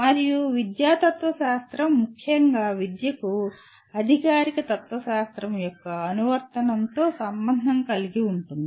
మరియు విద్యా తత్వశాస్త్రం ముఖ్యంగా విద్యకు అధికారిక తత్వశాస్త్రం యొక్క అనువర్తనంతో సంబంధం కలిగి ఉంటుంది